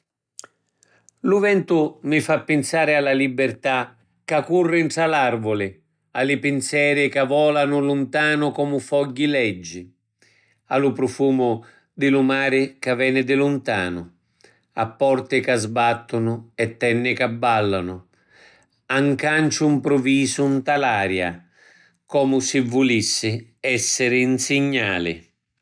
Lu ventu mi fa pinsari a la libirtà ca curri ntra l’arvuli, a li pinzeri ca volanu luntanu comu fogghi leggi, a lu prufumu di lu mari ca veni di luntanu, a porti ca sbattunu e tenni ca ballanu, a ‘n canciu mpruvisu nta l’aria, comu si vulissi essiri ‘n signali.